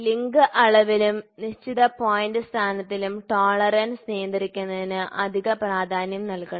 link അളവിലും നിശ്ചിത point സ്ഥാനത്തിലും ടോളറൻസ് നിയന്ത്രിക്കുന്നതിന് അധിക പ്രാധാന്യം നൽകണം